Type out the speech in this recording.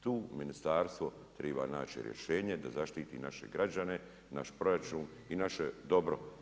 Tu ministarstvo triba naći rješenje da zaštiti naše građane, naš proračun i naše dobro.